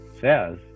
says